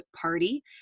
party